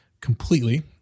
completely